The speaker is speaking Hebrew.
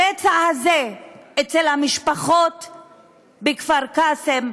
הפצע הזה אצל המשפחות בכפר-קאסם,